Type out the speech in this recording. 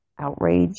outraged